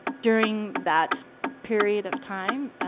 during that period of time,